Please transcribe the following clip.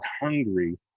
hungry